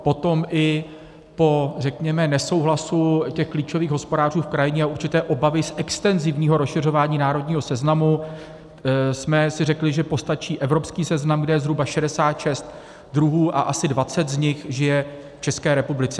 Potom, i po řekněme nesouhlasu klíčových hospodářů v krajině a určité obavy z extenzivního rozšiřování národního seznamu, jsme si řekli, že postačí evropský seznam, kde je zhruba 66 druhů a asi 20 z nich žije v České republice.